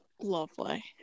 Lovely